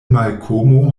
malkomo